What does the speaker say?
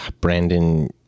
Brandon